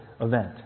event